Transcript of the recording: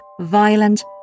violent